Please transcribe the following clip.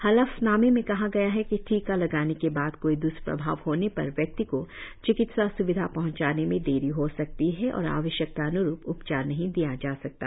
हलफनामे में कहा गया है कि टीका लगाने के बाद कोई द्वष्प्रभाव होने पर व्यक्ति को चिकित्सा स्विधा पहंचाने में देरी हो सकती है और आवश्यकता अन्रूप उपचार नहीं दिया जा सकता